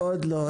עוד לא.